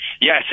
Yes